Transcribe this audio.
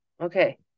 Okay